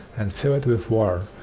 and fill it with water.